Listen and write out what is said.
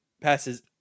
passes